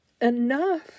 enough